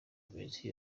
iminsi